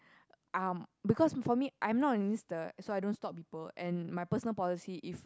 um because for me I'm not a minister so I don't stop people and my personal policy if